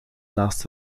naast